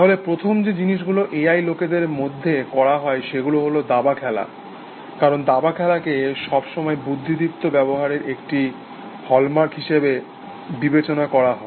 তাহলে প্রথম যে জিনিসগুলো এআই লোকেদের মধ্যে করা হয় সেগুলো হল দাবা খেলা কারণ দাবা খেলাকে সবসময় বুদ্ধিদীপ্ত ব্যবহারের একটা হলমার্ক হিসাবে বিবেচনা করা হয়